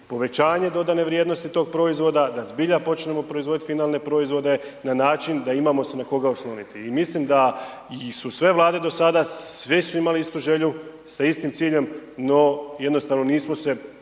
povećanje dodane vrijednosti tog proizvoda da zbilja počnemo proizvodit finalne proizvode na način da imamo se na koga osloniti i mislim da su sve Vlade do sada sve su imale istu želju sa istim ciljem, no jednostavno nismo se